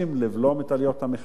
לבלום את עליות המחירים,